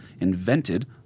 invented